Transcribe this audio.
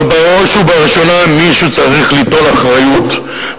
אבל בראש ובראשונה מישהו צריך ליטול אחריות,